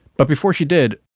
but before she did,